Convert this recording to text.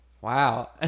Wow